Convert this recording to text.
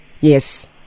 Yes